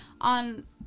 on